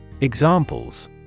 Examples